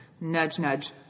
nudge-nudge